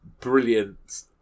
brilliant